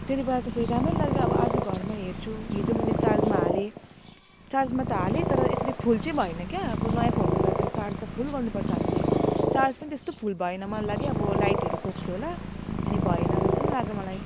त्यति बेला त फेरि राम्रै लाग्यो आज घरमा हेर्छु हिजो मैले चार्जमा हालेँ चार्जमा त हालेँ तर यसरी फुल चाहिँ भएन क्या अब नयाँ फोनको त त्यो चार्ज फुल गर्नु पर्छ हामीले चार्ज पनि त्यस्तो फुल भएन मलाई लाग्यो अब लाइटहरू गएको थियो होला अनि भएन जस्तो पनि लाग्यो मलाई